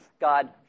God